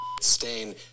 stain